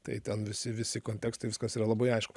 tai ten visi visi kontekstai viskas yra labai aišku